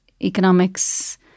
economics